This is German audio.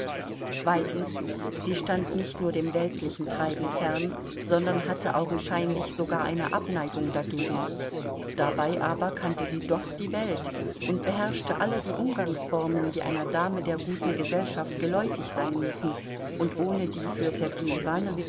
zweitens sie stand nicht nur dem weltlichen treiben fern sondern hatte augenscheinlich sogar eine abneigung dagegen dabei aber kannte sie doch die welt und beherrschte alle die umgangsformen die einer dame der guten gesellschaft geläufig sein müssen und ohne die für sergei